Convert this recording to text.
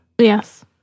Yes